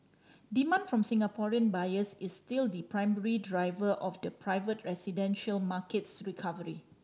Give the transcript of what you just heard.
demand from Singaporean buyers is still the primary driver of the private residential market's recovery